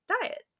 diet